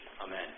Amen